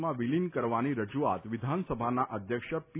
માં વિલીન કરવાની રજૂઆત વિધાનસભાના અધ્યક્ષ પી